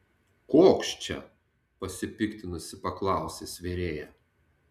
koks čia pasipiktinusi paklausė svėrėja